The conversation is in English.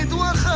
was